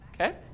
okay